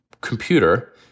computer